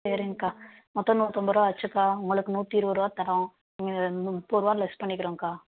சரிங்க்கா மொத்தம் நூற்றம்பது ருபா ஆச்சுக்கா உங்களுக்கு நூற்றி இருபது ருபா தரோம் நீங்கள் முப்பது ருபா லெஸ் பண்ணிக்கிறோங்கக்கா